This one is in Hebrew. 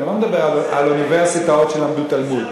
אני לא מדבר על אוניברסיטאות שלמדו תלמוד.